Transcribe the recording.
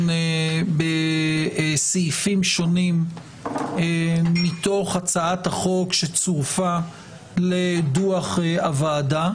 בסעיפים שונים מתוך הצעת החוק שצורפה לדוח הוועדה.